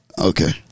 Okay